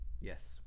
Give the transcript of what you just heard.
Yes